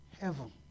heaven